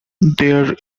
there